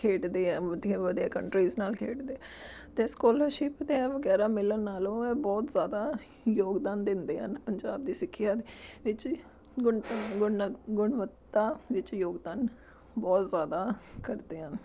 ਖੇਡਦੇ ਆ ਵਧੀਆ ਵਧੀਆ ਕੰਟਰੀਜ਼ ਨਾਲ ਖੇਡਦੇ ਅਤੇ ਸਕੋਲਰਸ਼ਿਪ ਅਤੇ ਆ ਵਗੈਰਾ ਮਿਲਣ ਨਾਲੋਂ ਇਹ ਬਹੁਤ ਜ਼ਿਆਦਾ ਯੋਗਦਾਨ ਦਿੰਦੇ ਹਨ ਪੰਜਾਬ ਦੀ ਸਿੱਖਿਆ ਦੇ ਵਿੱਚ ਗੁਣ ਗੁਣਨਾ ਗੁਣਵੱਤਾ ਵਿਚ ਯੋਗਦਾਨ ਬਹੁਤ ਜ਼ਿਆਦਾ ਕਰਦੇ ਹਨ